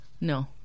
No